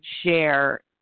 share